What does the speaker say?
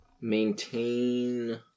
maintain